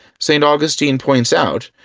st. augustine points out,